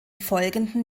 folgenden